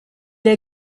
est